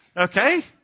Okay